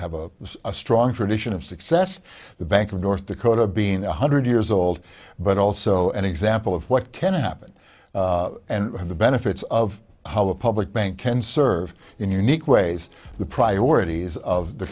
have a strong tradition of success the bank of north dakota being one hundred years old but also an example of what can happen and the benefits of how the public bank can serve in unique ways the priorities of the